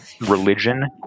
religion